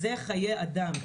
זה חיי אדם.